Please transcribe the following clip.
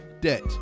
debt